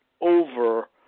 Over